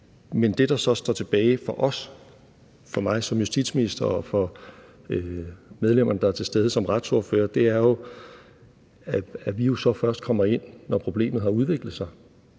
men det, der så står tilbage for os, for mig som justitsminister og for medlemmerne, der er tilstede som retsordførere, er, at vi så først kommer ind, når problemet har udviklet sig,